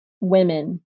women